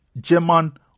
German